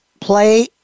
play